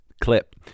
clip